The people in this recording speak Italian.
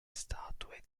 statue